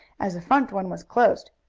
as the front one was closed.